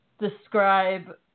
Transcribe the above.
describe